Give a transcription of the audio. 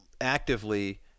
actively